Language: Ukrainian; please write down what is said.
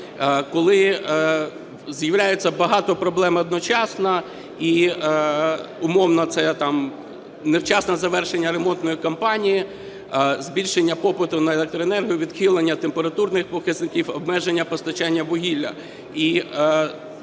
коли з'являється багато проблем одночасно, і, умовно, це там невчасне завершення ремонтної кампанії, збільшення попиту на електроенергію, відхилення температурних показників, обмеження постачання вугілля.